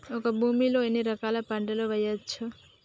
ఒక భూమి లో ఎన్ని రకాల పంటలు వేయచ్చు?